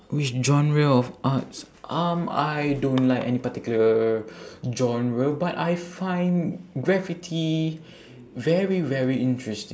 which genre of arts um I don't like any particular genre but I find graffiti very very interesting